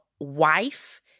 wife